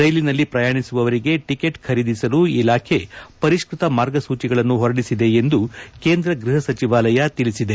ರೈಲಿನಲ್ಲಿ ಪ್ರಯಾಣಿಸುವವರಿಗೆ ಟಿಕೆಟ್ ಖರೀದಿಸಲು ಇಲಾಖೆ ಪರಿಷ್ನತ ಮಾರ್ಗಸೂಚಿಗಳನ್ನು ಹೊರಡಿಸಿದೆ ಎಂದು ಕೇಂದ್ರ ಗೃಹ ಸಚಿವಾಲಯ ತಿಳಿಸಿದೆ